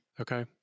okay